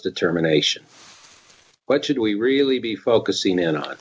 determination what should we d really be focusing in on